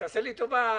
תעשה לי טובה,